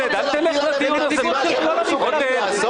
אז אתה רוצה להפיל עליהם משימה שהם לא מסוגלים לעשות?